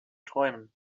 träumen